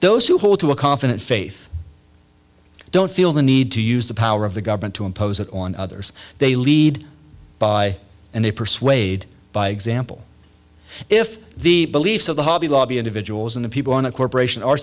those who hold to a confident faith don't feel the need to use the power of the government to impose it on others they lead by and they persuade by example if the beliefs of the hobby lobby individuals in the people in a corporation are